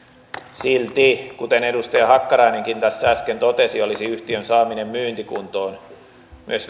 silti kuten edustaja hakkarainenkin tässä äsken totesi olisi yhtiön saaminen myyntikuntoon myös